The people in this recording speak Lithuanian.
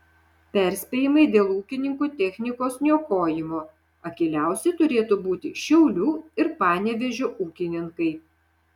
perspėjimai dėl ūkininkų technikos niokojimo akyliausi turėtų būti šiaulių ir panevėžio ūkininkai